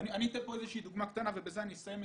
אני אתן דוגמה קטנה ובזה אסיים,